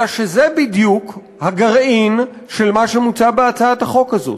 אלא שזה בדיוק הגרעין של מה שמוצע בהצעת החוק הזאת.